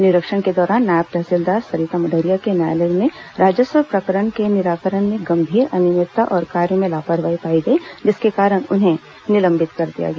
निरीक्षण के दौरान नायब तहसीलदार सरिता मढ़रिया के न्यायालय में राजस्व प्रकरण के निराकरण में गंभीर अनियमितता और कार्य में लापरवाही पाई गई जिसके कारण उन्हें निलंबित कर दिया गया